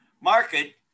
market